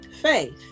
faith